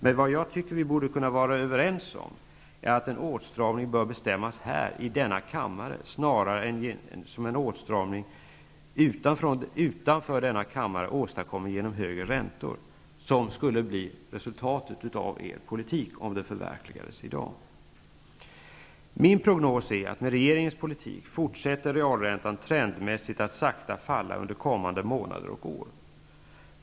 Men vi borde kunna vara överens om att åtstramningarna bör beslutas här i denna kammare, snarare än att genomföra en åtstramning i form av högre räntor, vilket skulle bli resultatet av er politik, om den förverkligades i dag. Min prognos är att realräntan med regeringens politik fortsätter trendmässigt att sakta falla under kommande månader och år.